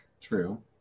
True